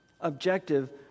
Objective